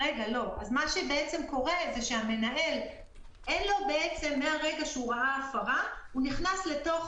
מהרגע שהמנהל ראה הפרה הוא נכנס לתוך